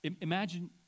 Imagine